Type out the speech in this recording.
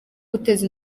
guteza